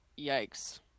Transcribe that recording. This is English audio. Yikes